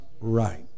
right